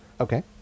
Okay